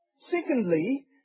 Secondly